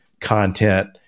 content